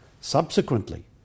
Subsequently